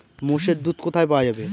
মোষের দুধ কোথায় পাওয়া যাবে?